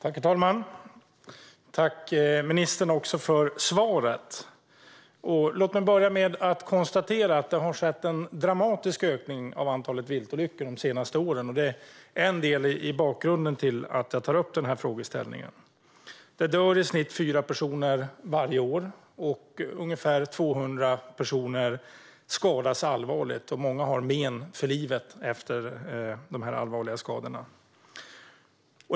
Herr talman! Tack, ministern, för svaret! Låt mig börja med att konstatera att det har skett en dramatisk ökning av antalet viltolyckor de senaste åren. Det är en del av bakgrunden till att jag tar upp denna frågeställning. Det dör i snitt fyra personer varje år. Ungefär 200 personer skadas allvarligt, och många har men för livet efter de allvarliga skadorna.